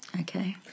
Okay